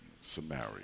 Samaria